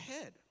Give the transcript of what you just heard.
ahead